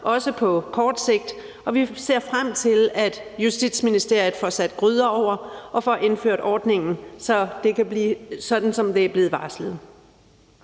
også på kort sigt, og vi ser frem til, at Justitsministeriet får sat gryder over og får indført ordningen, sådan som det er blevet varslet.